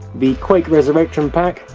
the quake resurrection pack,